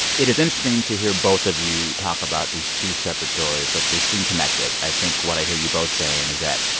it is interesting to hear both of you talk about these two separate stories. but they seem connected. i think what i hear you both saying is that,